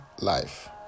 life